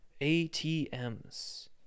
ATMs